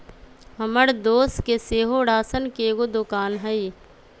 हमर दोस के सेहो राशन के एगो दोकान हइ